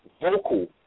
vocal